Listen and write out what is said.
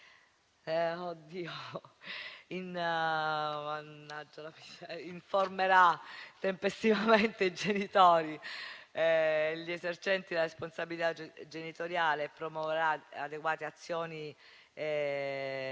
solo informerà tempestivamente i genitori, gli esercenti la responsabilità genitoriale, e promuoverà adeguate azioni e